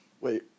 Wait